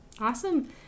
Awesome